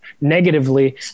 negatively